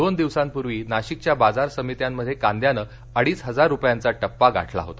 दोन दिवसंपूर्वीं नाशिकच्या बाजार समित्यांमध्ये कांद्याने अडीच हजार रुपयांचा टप्पा गाठला होता